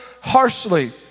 harshly